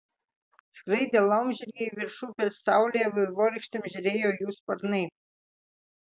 skraidė laumžirgiai virš upės saulėje vaivorykštėm žėrėjo jų sparnai